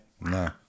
no